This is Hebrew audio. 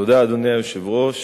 אדוני היושב-ראש,